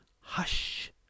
Hush